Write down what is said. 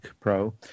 Pro